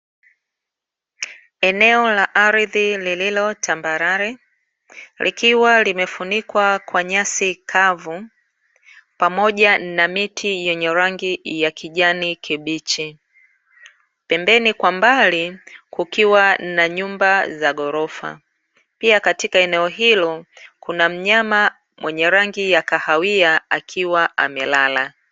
Eneo la ardhi lililo tambarare, likiwa limefunikwa kwa nyasi kavu, pamoja na miti yenye rangi ya kijani kibichi, pembeni kwa mbali kukiwa na nyumba za ghorofa, pia katika eneo hilo kuna mnyama mwenye rangi ya kahawia akiwa amelala.